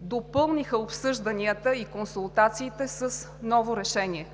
допълниха обсъжданията и консултациите с ново решение.